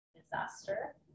disaster